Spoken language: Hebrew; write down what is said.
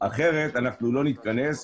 אחרת אנחנו לא נתכנס.